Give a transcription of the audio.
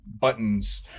buttons